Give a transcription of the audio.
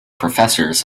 professors